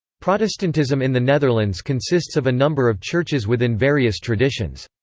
protestantism in the netherlands consists of a number of churches within various traditions.